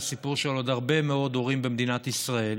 הסיפור של עוד הרבה מאוד הורים במדינת ישראל,